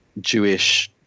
jewish